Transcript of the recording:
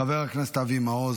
חבר הכנסת אבי מעוז,